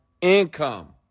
income